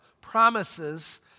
promises